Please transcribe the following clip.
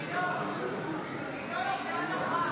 אינו נוכח.